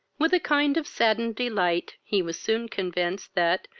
with a kind of saddened delight, he was soon convinced, that,